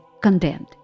condemned